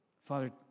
Father